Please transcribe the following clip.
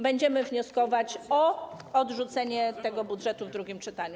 Będziemy wnioskować o odrzucenie tego budżetu w drugim czytaniu.